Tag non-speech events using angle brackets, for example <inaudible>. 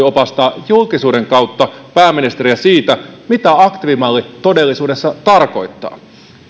<unintelligible> opastaa julkisuuden kautta pääministeriä siitä mitä aktiivimalli todellisuudessa tarkoittaa